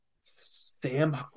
Sam